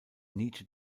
nietzsche